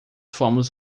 fomos